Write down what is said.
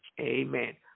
amen